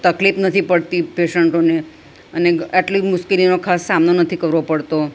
તકલીફ નથી પડતી પેશન્ટોને અને આટલી મુશ્કેલીનો ખાસ સામનો નથી કરવો પડતો